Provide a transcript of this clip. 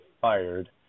fired